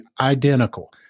identical